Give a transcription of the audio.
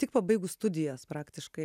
tik pabaigus studijas praktiškai